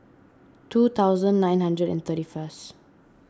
two thousand nine hundred and thirty first